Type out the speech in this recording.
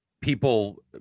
people